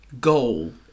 goal